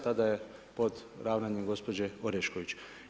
Tada je pod ravnanjem gospođe Orešković.